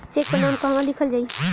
Check पर नाम कहवा लिखल जाइ?